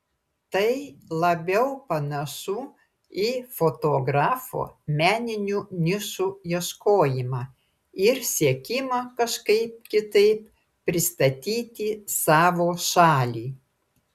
tai labiau panašu į fotografo meninių nišų ieškojimą ir siekimą kažkaip kitaip pristatyti savo šalį